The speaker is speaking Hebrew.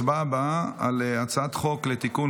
התשפ"ג 2023,